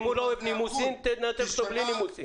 אם הוא לא אוהב נימוסים תנתק אותו בלי נימוסים.